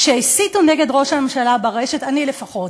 כשהסיתו נגד ראש הממשלה ברשת, אני, לפחות,